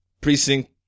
precinct